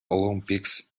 olympics